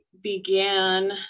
began